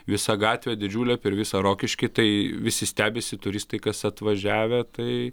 visą gatvė didžiulė per visą rokiškį tai visi stebisi turistai kas atvažiavę tai